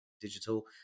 digital